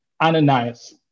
Ananias